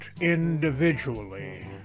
individually